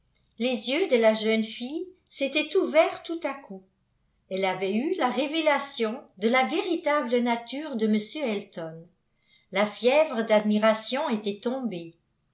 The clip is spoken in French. les yeux de la jeune fille s'étaient ouverts tout à coup elle avait eu la révélation de la véritable nature de m elton la fièvre d'admiration était tombée